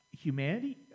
humanity